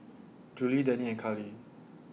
Julie Danny and Carlie